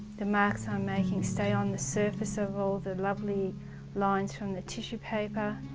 the marks i'm making stay on the surface of all the lovely lines from the tissue paper.